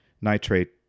nitrate